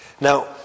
Now